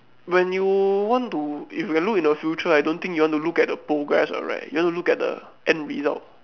when you want to if you have look into the future I don't think you want to look at the progress right you want to look at the end result